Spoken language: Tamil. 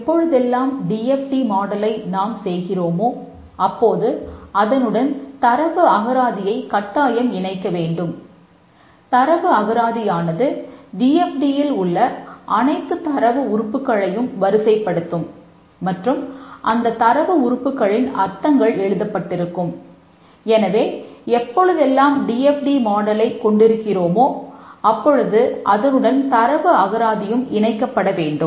எப்பொழுதெல்லாம் டி எஃப் டி மாடலை கொண்டிருக்கிறோமோ அப்பொழுது அதனுடன் தரவு அகராதியும் இணைக்கப்பட வேண்டும்